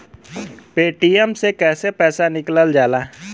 Paytm से कैसे पैसा निकलल जाला?